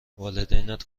والدینت